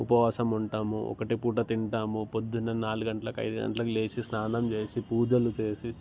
ఉపవాసం ఉంటాము ఒకటే పూట తింటాము పొద్దునే నాలుగు గంటలకు అయిదు గంటలకి లేచి స్నానం చేసి పూజలు చేసి